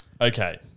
Okay